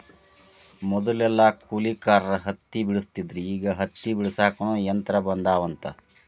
ಮದಲೆಲ್ಲಾ ಕೂಲಿಕಾರರ ಹತ್ತಿ ಬೆಡಸ್ತಿದ್ರ ಈಗ ಹತ್ತಿ ಬಿಡಸಾಕುನು ಯಂತ್ರ ಬಂದಾವಂತ